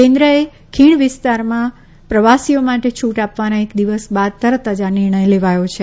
કેન્દ્રએ ખીણ વિસ્તારમાં પ્રવાસીઓ માટે છૂટ આપવાના એક દિવસ બાદ તરત જ આ નિર્ણય લેવાયો છે